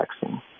vaccine